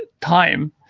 time